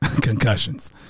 Concussions